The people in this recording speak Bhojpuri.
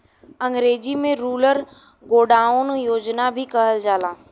अंग्रेजी में रूरल गोडाउन योजना भी कहल जाला